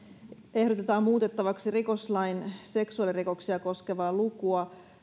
ehdotetaan muutettavaksi rikoslain seksuaalirikoksia koskevaa lukua